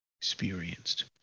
experienced